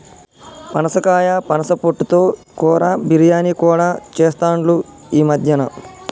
పనసకాయ పనస పొట్టు తో కూర, బిర్యానీ కూడా చెస్తాండ్లు ఈ మద్యన